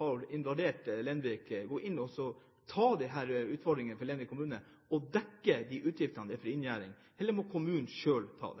har invadert Lenvik, gå inn og ta denne utfordringen i Lenvik kommune og dekke utgiftene til inngjerding, eller må kommunen selv ta